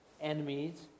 Enemies